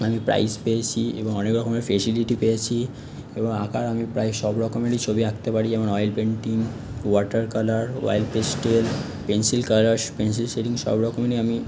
আমি প্রাইজ পেয়েছি এবং অনেক রকমের ফেসিলিটি পেয়েছি এবং আঁকার আমি প্রায় সব রকমেরই ছবি আঁকতে পারি যেমন oil painting water colour oil pastel pencil colour pencil shading সব রকমেরই আমি